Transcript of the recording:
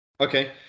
Okay